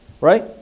Right